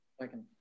Second